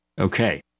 Okay